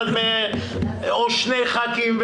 אחד או שני ח"כים,